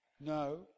no